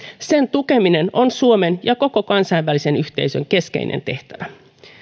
sen tukeminen on suomen ja koko kansainvälisen yhteisön keskeinen tehtävä